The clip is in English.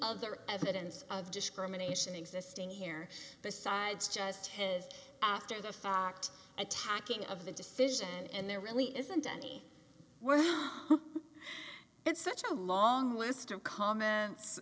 of their evidence of discrimination existing here besides just his after the fact attacking of the decision and there really isn't any it's such a long list of comments